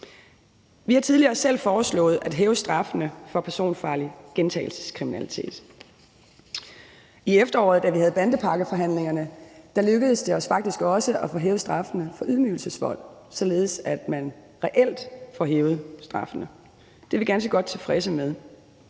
Vi har tidligere selv foreslået at hæve straffene for personfarlig gentagelseskriminalitet. I efteråret, da vi havde bandepakkeforhandlingerne, lykkedes det os faktisk også at få hævet straffene for ydmygelsesvold, således at man reelt får hævet straffene. Det er vi ganske godt tilfredse med.